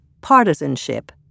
Partisanship